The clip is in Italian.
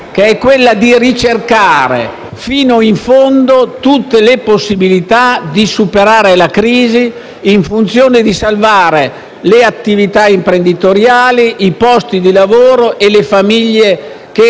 nella logica di ricercare fino in fondo tutte le possibilità di superare la crisi in funzione di salvare le attività imprenditoriali, i posti di lavoro e le famiglie